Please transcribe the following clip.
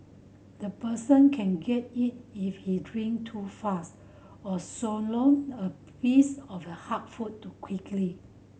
the person can get it if he drink too fast or swallow a piece of the hard food too quickly